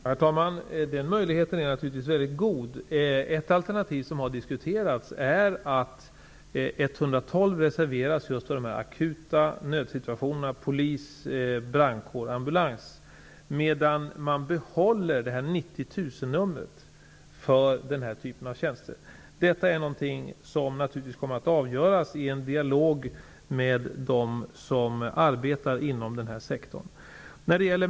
Herr talman! Den möjligheten är naturligtvis väldigt god. Ett alternativ som har diskuterats är att numret 112 reserveras för akuta nödsituationer, såsom polis, brandkår och ambulans, medan Barbro Westerholm talar om. Detta är en fråga som naturligtvis kommer att avgöras i en dialog med dem som arbetar inom den här sektorn.